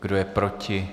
Kdo je proti?